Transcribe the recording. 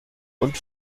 und